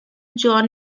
john